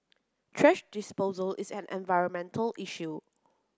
thrash disposal is an environmental issue